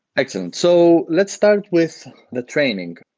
excellent. so let's start with the training,